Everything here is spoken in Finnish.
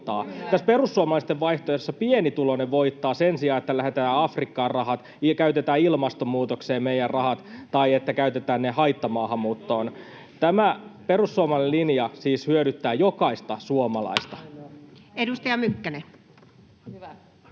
perussuomalaisten vaihtoehdossa pienituloinen voittaa sen sijaan, että lähetetään rahat Afrikkaan, käytetään meidän rahat ilmastonmuutokseen tai että käytetään ne haittamaahanmuuttoon. Tämä perussuomalainen linja siis hyödyttää jokaista suomalaista. [Speech 64]